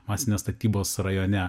masinės statybos rajone